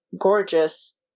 gorgeous